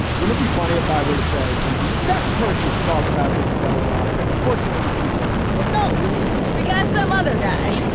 would it be funny if i were to say and the best person to talk about this is emily oster? unfortunately, we couldn't book her. but no, here yeah we got some other guy.